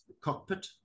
cockpit